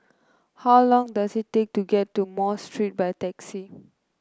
how long does it take to get to Mosque Street by taxi